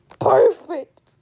perfect